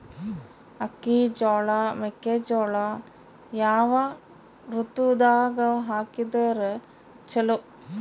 ಅಕ್ಕಿ, ಜೊಳ, ಮೆಕ್ಕಿಜೋಳ ಯಾವ ಋತುದಾಗ ಹಾಕಿದರ ಚಲೋ?